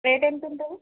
rate ఎంత ఉంటుంది